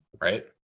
right